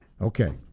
Okay